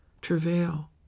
travail